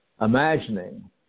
imagining